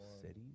cities